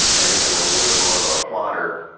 i guess i'm a little bit more of a plodder.